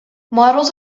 models